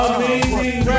Amazing